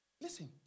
Listen